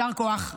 יישר כוח.